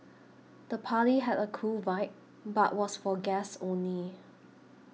the party had a cool vibe but was for guests only